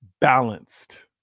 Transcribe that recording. balanced